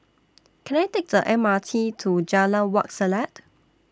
Can I Take The M R T to Jalan Wak Selat